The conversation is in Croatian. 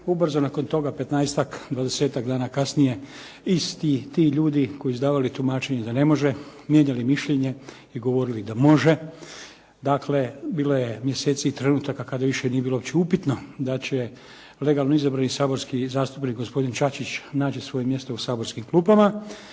dvadesetak dana kasnije isti ti ljudi koji su davali tumačenje da ne može mijenjali mišljenje i govorili da može. Dakle, bilo je mjeseci i trenutaka kada više nije bilo uopće upitno da će legalno izabrani saborski zastupnik gospodin Čačić naći svoje mjesto u saborskim klupama